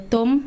Tom